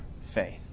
faith